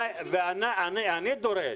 אני דורש,